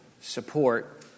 support